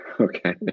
Okay